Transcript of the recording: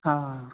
हा हा